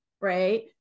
right